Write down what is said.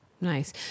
Nice